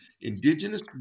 indigenous